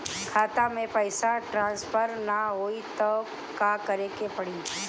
खाता से पैसा टॉसफर ना होई त का करे के पड़ी?